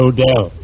Odell